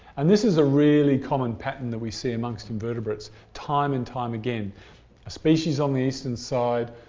and this is a really common pattern that we see amongst invertebrates, time and time again a species on the eastern side,